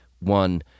one